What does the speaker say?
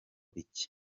iki